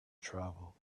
travel